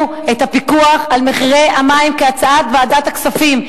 את הפיקוח על מחירי המים כהצעת ועדת הכספים.